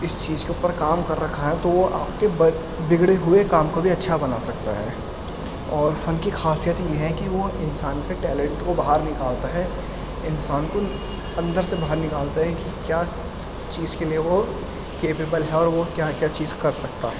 اس چیز کے اوپر کام کر رکھا ہے تو وہ آپ کے بگڑے ہوئے کام کو بھی اچھا بنا سکتا ہے اور فن کی خاصیت یہ ہے کہ وہ انسان کے ٹیلینٹ کو باہر نکالتا ہے انسان کو اندر سے باہر نکالتا ہے کہ کیا چیز کے لیے وہ کیپیبل ہے اور وہ کیا کیا چیز کر سکتا ہے